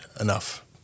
enough